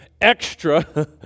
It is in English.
extra